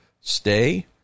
stay